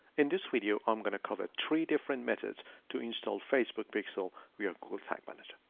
in this video, i'm going to cover three different methods to install facebook pixel with google tag manager.